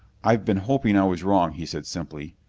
i've been hoping i was wrong, he said simply.